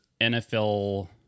NFL